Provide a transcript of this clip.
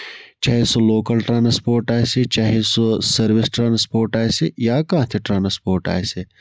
چاہے سُہ local transport آسہِ چاہے سُہ سٔروِس ٹرانَسپورٹ آسہِ یا کانہہ تہِ ٹرانَسپورٹ آسہِ